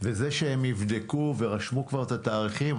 וזה שהם יבדקו ורשמו כבר את התאריכים,